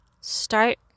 start